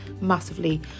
massively